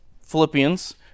Philippians